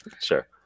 Sure